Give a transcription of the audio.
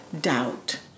doubt